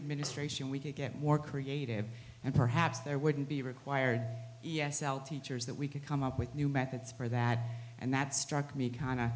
administration we could get more creative and perhaps there wouldn't be required e s l teachers that we could come up with new methods for that and that struck me kind of